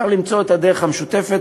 צריך למצוא את הדרך המשותפת,